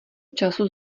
času